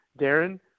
Darren